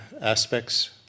aspects